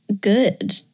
good